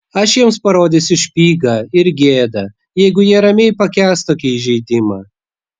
aš jiems parodysiu špygą ir gėda jeigu jie ramiai pakęs tokį įžeidimą